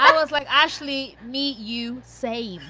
um was like, ashley meet, you say